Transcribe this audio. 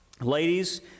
Ladies